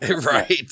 Right